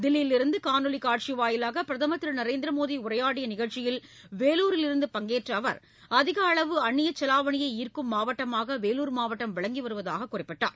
தில்லியிலிருந்து காணொலிக் காட்சி வாயிலாக பிரதமர் திரு நரேந்திர மோடி உரையாடிய நிகழ்ச்சியில் வேலூரிலிருந்து பங்கேற்ற அவர் அதிகளவு அந்நியச் செலாவணியை ஈர்க்கும் மாவட்டமாக வேலூர் மாவட்டம் விளங்கி வருவதாக அமைச்சர் குறிப்பிட்டார்